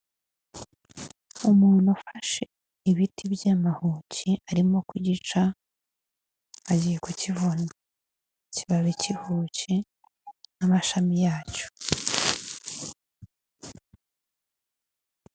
Umuntu ufashe ibiti by'amahuki arimo kugica agiye kukivuna. Ikibabi k'ihuki n'amashami yacyo.